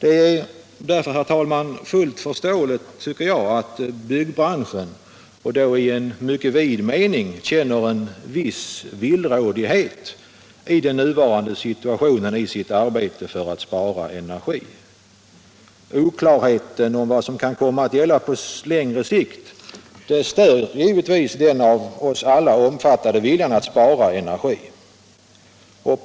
Jag tycker, herr talman, att det mot denna bakgrund är fullt förståeligt om byggbranschen — och då i en mycket vid mening — känner en viss villrådighet i den nuvarande situationen i sitt arbete med att spara energi. Oklarheten om vad som kan komma att gälla på längre sikt stör givetvis den av oss alla omfattade viljan att spara energi.